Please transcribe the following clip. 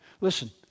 Listen